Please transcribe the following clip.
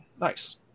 nice